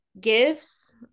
gifts